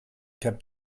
kept